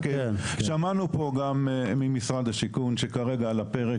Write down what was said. שמענו פה גם ממשרד השיכון שעל הפרק